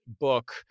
book